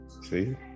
see